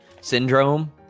syndrome